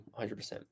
100